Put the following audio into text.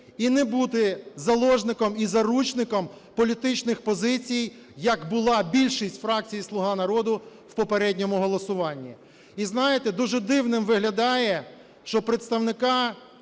і не бути заложником і заручником політичних позицій, як була більшість фракцій "Слуга народу" в попередньому голосуванні. І знаєте, дуже дивним виглядає, що представника